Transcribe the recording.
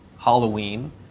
Halloween